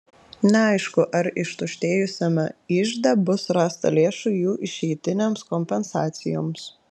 neaišku ar ištuštėjusiame ižde bus rasta lėšų jų išeitinėms kompensacijoms